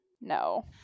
no